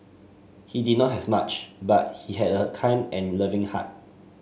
he did not have much but he had a kind and loving heart